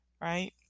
Right